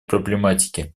проблематики